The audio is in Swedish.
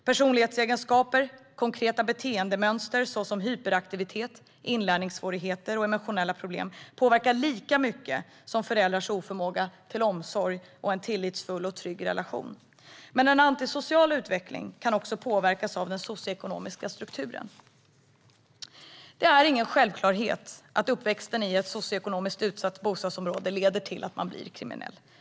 Personlighetsegenskaper, konkreta beteendemönster såsom hyperaktivitet, inlärningssvårigheter och emotionella problem påverkar lika mycket som föräldrars oförmåga till omsorg och en tillitsfull och trygg relation. Men en antisocial utveckling kan också påverkas av den socioekonomiska strukturen. Det är ingen självklarhet att uppväxten i ett socioekonomiskt utsatt bostadsområde leder till att man blir kriminell.